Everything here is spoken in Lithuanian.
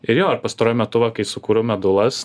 ir jo ir pastaruoju metu va kai sukūriau medulas